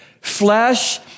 Flesh